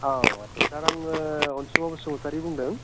औ आस्सा सार आङो अनसुमा बसुमतारि बुंदों